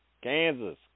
Kansas